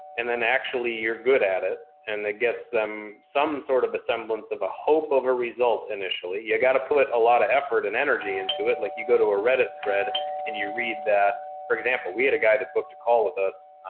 and then actually you're good at it and it gets them some sort of assemblance of a hope of a result. initially you got to put a lot of effort and energy into it. like you go to a reddit thread and you read that for example, we had a guy that booked a call with us,